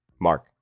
Mark